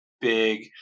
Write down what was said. big